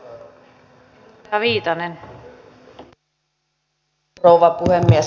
arvoisa rouva puhemies